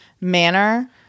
manner